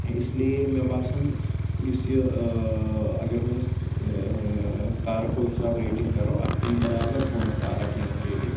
اِس لیے مےٚ باسان یُس یہِ ٲں اگر وۄنۍ أسۍ ٲں تارکو حِساب ریٹِنٛگ کَرو اَتھ یی برابر پانٛژھ تارک یِن اَتھ ریٹِنٛگ